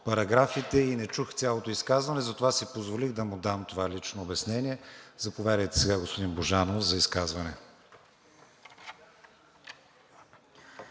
параграфите и не чух цялото изказване и затова си позволих да му дам това лично обяснение. Заповядайте сега, господин Божанов, за изказване.